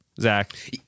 Zach